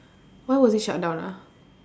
why was it shut down ah